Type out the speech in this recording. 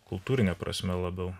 kultūrine prasme labiau